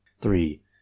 three